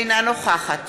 אינה נוכחת